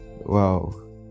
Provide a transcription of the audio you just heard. wow